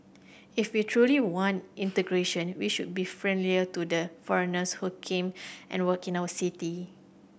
if we truly want integration we should be friendlier to the foreigners who came and work in our city